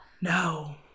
No